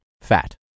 fat